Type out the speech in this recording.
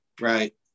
right